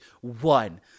one